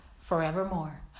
forevermore